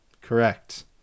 Correct